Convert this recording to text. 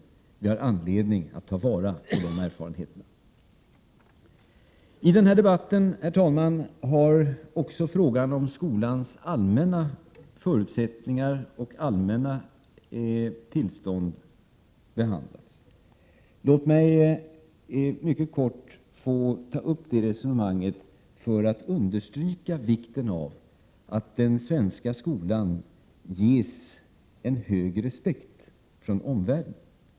Vi har anledning att ta vara på de erfarenheterna. Herr talman! I denna debatt har också frågan om skolans allmänna förutsättningar och allmänna tillstånd behandlats. Låt mig mycket kort få ta upp det resonemanget för att understryka vikten av att den svenska skolan ges en hög respekt från omvärlden.